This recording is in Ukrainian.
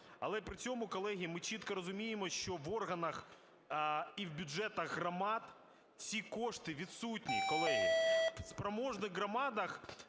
Але при цьому, колеги, ми чітко розуміємо, що в органах і в бюджетах громад ці кошти відсутні, колеги. В спроможних громадах